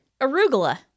Arugula